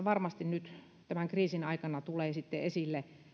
varmasti nyt tässä tämän kriisin aikana tulee esille